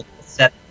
set